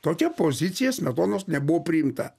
tokia pozicija smetonos nebuvo priimta